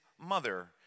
mother